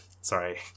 Sorry